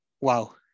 wow